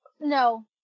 No